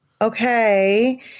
Okay